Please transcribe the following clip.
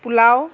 pulao